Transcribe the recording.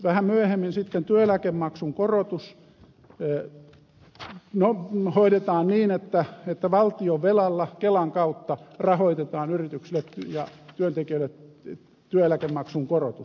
vähän myöhemmin sitten työeläkemaksun korotus hoidetaan niin että valtionvelalla kelan kautta rahoitetaan yrityksille ja työntekijöille työeläkemaksun korotus